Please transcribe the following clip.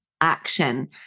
action